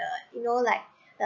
uh you know like the